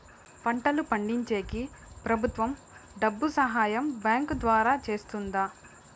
పంటలు పండించేకి ప్రభుత్వం డబ్బు సహాయం బ్యాంకు ద్వారా చేస్తుందా?